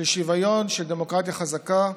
של שוויון, של דמוקרטיה חזקה.